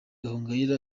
gahongayire